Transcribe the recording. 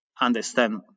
understand